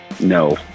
No